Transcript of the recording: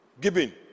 giving